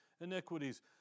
iniquities